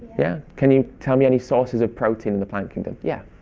yeah. can you tell me any sources of protein in the plant kingdom? yeah.